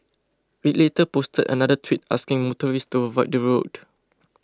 it later posted another tweet asking motorists to avoid the road